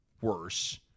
worse